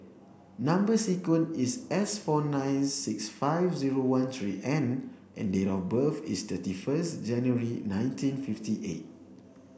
number sequence is S four nine six five zero one three N and date of birth is thirty first January nineteen fifty eight